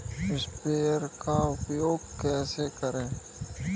Sprayer का उपयोग कैसे करें?